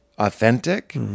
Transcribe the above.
Authentic